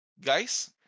Guys